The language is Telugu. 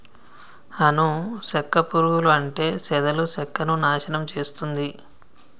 అను సెక్క పురుగులు అంటే చెదలు సెక్కను నాశనం చేస్తుంది